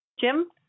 Jim